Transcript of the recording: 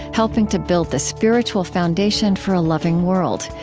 helping to build the spiritual foundation for a loving world.